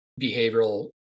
behavioral